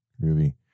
Ruby